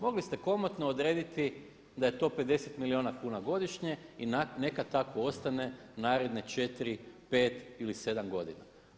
Mogli ste komotno odrediti da je to 50 milijuna kuna godišnje i neka tako ostane naredne 4, 5 ili 7 godina.